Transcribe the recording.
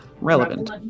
Relevant